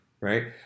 right